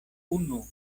unu